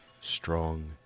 strong